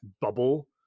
bubble